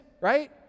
right